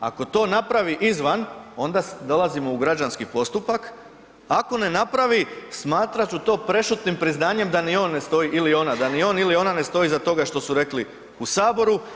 Ako to napravi izvan onda dolazimo u građanski postupak, ako ne napravi smatrati ću to prešutnim priznanjem da ni on ne stoji ili ona, da ni on ili ona ne stoji iza toga što su rekli u Saboru.